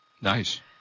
nice